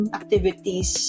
activities